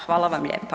Hvala vam lijepa.